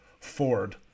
Ford